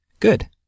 Good